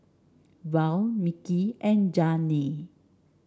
Val Micky and Janay